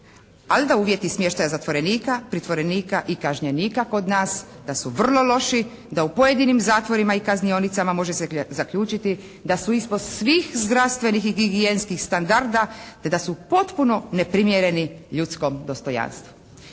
Ali da uvjeti smještaja zatvorenika, pritvorenika i kažnjenika kod nas da su vrlo loši, da u pojedinim zatvorima i kaznionicama može se zaključiti da su ispod svih zdravstvenih i higijenskih standarda te da su potpuno neprimjereni ljudskom dostojanstvu.